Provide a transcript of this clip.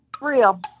Real